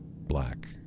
black